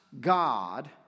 God